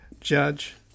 Judge